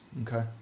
Okay